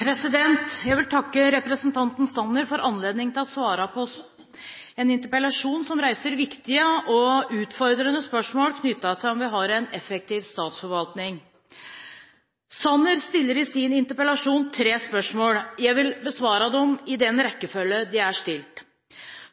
Jeg vil takke representanten Sanner for anledningen til å svare på en interpellasjon som reiser viktige og utfordrende spørsmål knyttet til om vi har en effektiv statsforvaltning. Sanner stiller i sin interpellasjon tre spørsmål. Jeg vil besvare dem i den rekkefølgen de er stilt.